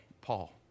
Paul